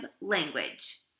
language